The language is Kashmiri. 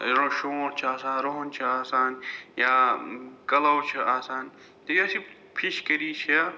یوٗ نو شونٛٹھ چھِ آسان رُہَن چھُ آسان یا کَلَو چھِ آسان تہٕ یۄس یہِ فِش کٔری چھےٚ